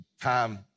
time